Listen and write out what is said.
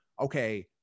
okay